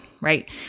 right